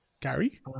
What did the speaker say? Gary